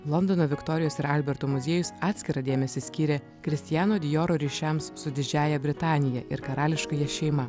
londono viktorijos ir alberto muziejus atskirą dėmesį skyrė kristiano dijoro ryšiams su didžiąja britanija ir karališkąja šeima